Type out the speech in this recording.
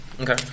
Okay